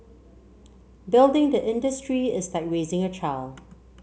building the industry is like raising a child